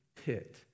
pit